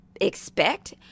expect